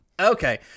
Okay